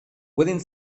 pueden